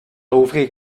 ouvrir